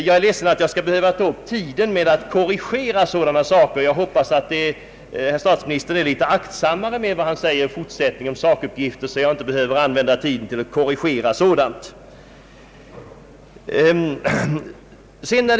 Jag är ledsen över att ta upp tiden med att göra sådana korrigeringar, och jag hoppas att statsministern i fortsättningen är litet aktsammare med vad han lämnar för sakuppgifter så att jag inte behöver använda tiden till korrigeringar.